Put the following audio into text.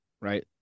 right